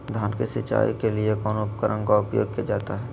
धान की सिंचाई के लिए कौन उपकरण का उपयोग किया जाता है?